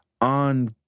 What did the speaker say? on